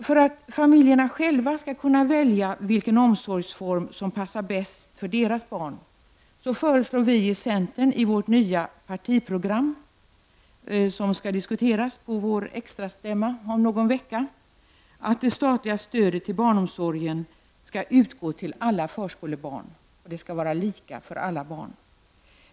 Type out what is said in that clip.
För att familjerna själva skall kunna välja vilken omsorgsform som passar bäst för deras barn föreslår vi i centern i vårt nya partiprogram, som skall diskuteras på vår extra stämma om någon vecka, att det statliga stödet till barnomsorgen skall utgå till alla förskolebarn. Det skall vara lika för alla barn.